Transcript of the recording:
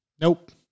Nope